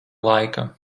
laika